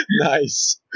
Nice